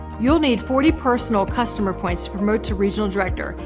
you'll need forty personal customer points to promote to regional director.